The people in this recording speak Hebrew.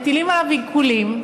מטילים עליו עיקולים,